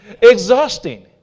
Exhausting